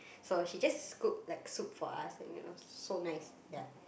so she just scoop like soup for us you know so nice ya